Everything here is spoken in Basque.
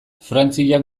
frantziak